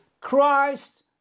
Christ